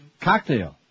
cocktail